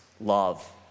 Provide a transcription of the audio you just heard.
love